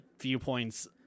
viewpoints